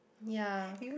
ya